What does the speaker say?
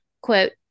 quote